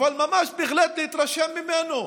ממש להתרשם ממנו,